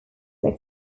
were